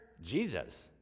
Jesus